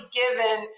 given